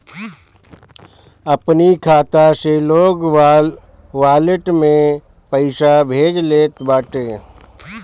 अपनी खाता से लोग वालेट में पईसा भेज लेत बाटे